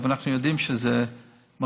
אבל אנחנו יודעים שזה מרפא,